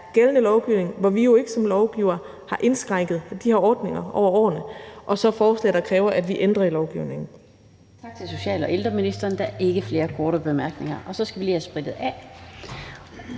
gældende lovgivning, hvor vi jo ikke som lovgivere har indskrænket de her ordninger over årene, og så forslag, der kræver, at vi ændrer i lovgivningen.